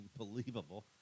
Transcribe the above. unbelievable